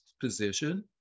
position